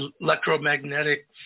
electromagnetic